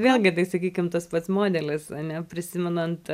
vėlgi tai sakykim tas pats modelis ane prisimenant